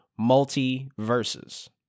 multi-verses